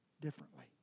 differently